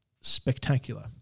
spectacular